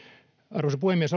arvoisa puhemies